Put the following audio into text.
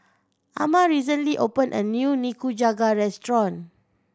Ama recently opened a new Nikujaga restaurant